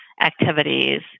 activities